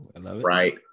right